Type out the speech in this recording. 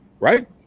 Right